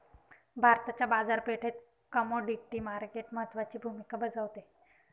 भारताच्या बाजारपेठेत commodity market महत्त्वाची भूमिका बजावते